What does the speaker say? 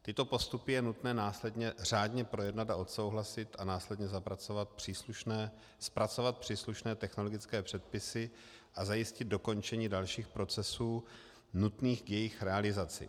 Tyto postupy je nutné následně řádně projednat a odsouhlasit a následně zpracovat příslušné technologické předpisy a zajistit dokončení dalších procesů nutných k jejich realizaci.